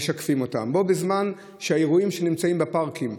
ומשקפים רק אותם, בו בזמן שהאירועים שהיו בפארקים,